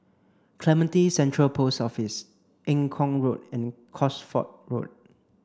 Clementi Central Post Office Eng Kong Road and Cosford Road